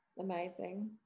amazing